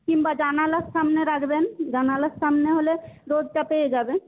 কিংবা জানালার সামনে রাখবেন জানালার সামনে হলে রোদটা পেয়ে যাবে